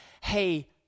Hey